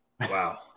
Wow